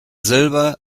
silber